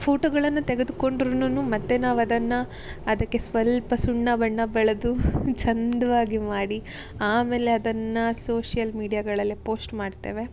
ಫೋಟೊಗಳನ್ನು ತೆಗೆದ್ಕೊಂಡ್ರುನು ಮತ್ತು ನಾವು ಅದನ್ನು ಅದಕ್ಕೆ ಸ್ವಲ್ಪ ಸುಣ್ಣಬಣ್ಣ ಬಳಿದು ಚೆಂದ್ವಾಗಿ ಮಾಡಿ ಆಮೇಲೆ ಅದನ್ನು ಸೋಶಿಯಲ್ ಮೀಡಿಯಾಗಳಲ್ಲಿ ಪೋಸ್ಟ್ ಮಾಡ್ತೇವೆ